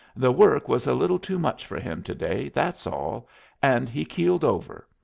the work was a little too much for him to-day that's all and he keeled over.